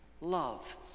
love